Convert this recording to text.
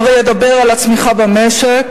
הוא הרי ידבר על הצמיחה במשק,